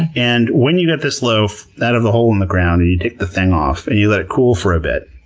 and when you get this loaf out of the hole in the ground, and you take the thing off and you let it cool for a bit,